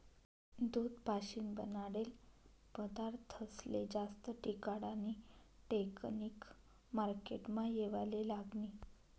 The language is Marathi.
दूध पाशीन बनाडेल पदारथस्ले जास्त टिकाडानी टेकनिक मार्केटमा येवाले लागनी